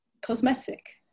cosmetic